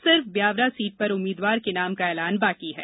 सिर्फ ब्यावरा सीट पर उम्मीद्वार के नाम का ऐलान बाकी है